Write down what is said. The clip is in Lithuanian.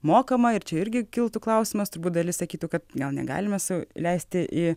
mokama ir čia irgi kiltų klausimas turbūt dalis sakytų kad gal negalime sau leisti į